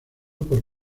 por